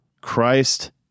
Christ